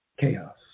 Chaos